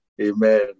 Amen